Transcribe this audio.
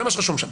זה מה שרשום שם.